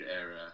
era